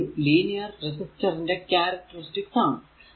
ഇതൊരു linear resistor ന്റെ characteristics ആണ്